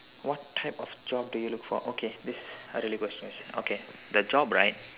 what type of job do you look for okay this a really hard question okay the job right